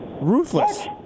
Ruthless